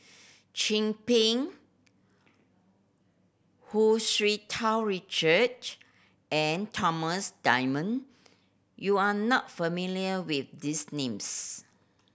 Chin Peng Hu Tsu Tau Richard and Thomas Dunman you are not familiar with these names